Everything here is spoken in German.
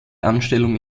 anstellung